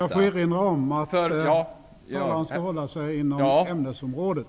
Jag får erinra om att talaren skall hålla sig inom ämnesområdet.